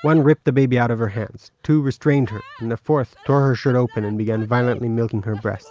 one ripped the baby out of her hands, two restrained her, and the fourth tore her shirt open and began violently milking her breasts